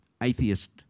atheist